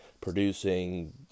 producing